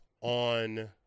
on